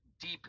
deep